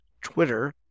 Twitter